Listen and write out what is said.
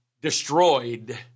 destroyed